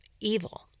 evil